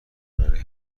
برای